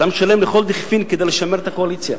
אתה משלם לכל דכפין כדי לשמר את הקואליציה.